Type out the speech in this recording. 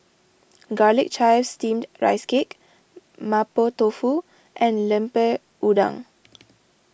Garlic Chives Steamed Rice Cake Mapo Tofu and Lemper Udang